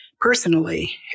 personally